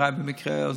MRI במקרה,